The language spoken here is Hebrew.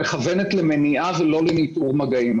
מכוונת למניעה ולא לניטור מגעים.